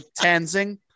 Tanzing